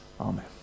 Amen